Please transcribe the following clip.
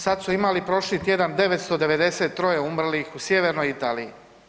Sada su imali prošli tjedan 993 umrlih u Sjevernoj Italiji.